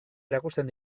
erakusten